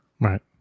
Right